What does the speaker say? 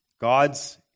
God's